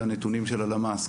לנתונים של הלמ"ס,